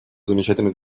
замечательных